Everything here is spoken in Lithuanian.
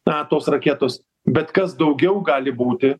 na tos raketos bet kas daugiau gali būti